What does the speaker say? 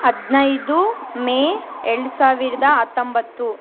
ಹದಿನೈದು ಮೇ ಎರಡು ಸಾವಿರದ ಹತ್ತೊಂಬತ್ತು